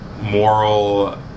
moral